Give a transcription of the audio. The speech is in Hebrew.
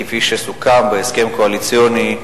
כפי שסוכם בהסכם הקואליציוני,